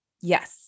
Yes